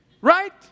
right